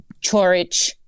Chorich